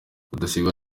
rudasingwa